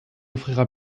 offrira